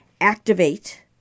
activate